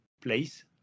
place